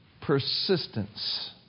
persistence